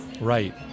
right